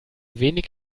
wenig